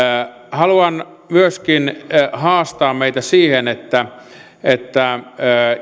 haluan myöskin haastaa meitä siihen että että